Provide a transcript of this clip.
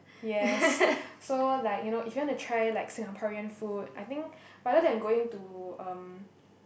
yes so like you know if you want to try like Singaporean food I think rather than going to um